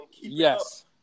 Yes